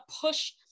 push